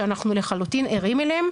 שאנחנו לחלוטין ערים אליהן,